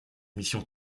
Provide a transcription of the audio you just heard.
missions